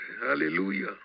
Hallelujah